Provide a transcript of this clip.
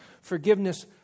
forgiveness